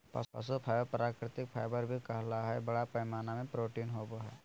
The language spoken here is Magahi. पशु फाइबर प्राकृतिक फाइबर भी कहल जा हइ, बड़ा पैमाना में प्रोटीन होवो हइ